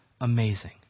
amazing